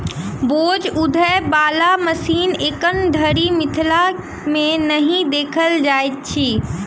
बोझ उघै बला मशीन एखन धरि मिथिला मे नहि देखल जाइत अछि